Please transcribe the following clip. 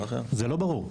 זה לא ברור.